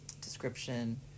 description